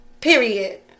period